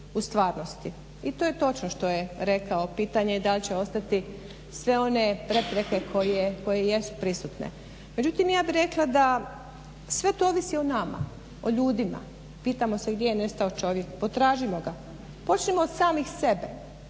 u stvarnosti. I to je točno što je rekao. Pitanje je da li će ostati sve one prepreke koje jesu prisutne? Međutim, ja bih rekla da sve to ovisi o nama, ljudima. Pitamo se gdje je nestao čovjek? Potražimo ga, počnimo od samih sebe.